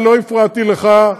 הבעיות שלך.